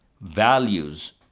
values